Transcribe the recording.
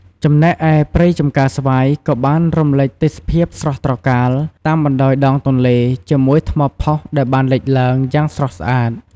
ចំណែកឯព្រៃចំការស្វាយ ក៏បានរំលេចទេសភាពស្រស់ត្រកាល តាមបណ្តោយដងទន្លេ ជាមួយថ្មផុសដែលបានលេចឡើង យ៉ាងស្រស់ស្អាត។